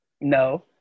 No